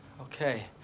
Okay